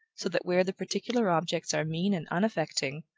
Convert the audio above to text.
so that where the particular objects are mean and unaffecting,